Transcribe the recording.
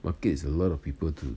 markets a lot of people to